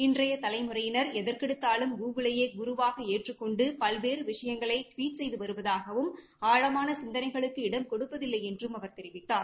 இன்றைய தலைமுறையினர் எதற்கெடுத்தாலும் கூகுலையே குருவாக ஏற்றுக் கொண்டு பல்வேறு விஷயங்களை டுவிட் செய்து வருவதாகவும் ஆழமான சிந்தனைகளுக்கு இடம்கொடுப்பதில்லை என்றும் அவர் தெரிவித்தார்